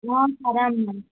ఆ సరే అమ్మ